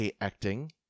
acting